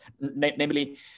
namely